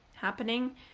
happening